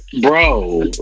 bro